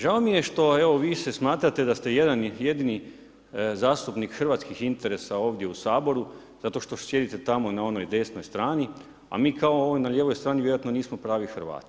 Žao mi je što evo vi se smatrate da ste jedan jedini zastupnik hrvatskih interesa ovdje u Saboru zato što sjedite tamo na onoj desnoj strani a mi kao ovi na lijevoj strani vjerojatno nismo pravi Hrvati.